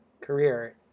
career